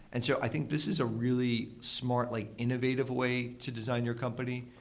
and so i think this is a really smart, like innovative way to design your company.